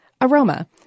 Aroma